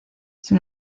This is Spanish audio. sin